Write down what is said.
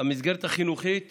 המסגרת החינוכית